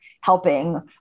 helping